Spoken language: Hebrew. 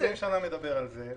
אתה 20 שנים מדבר על זה.